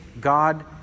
God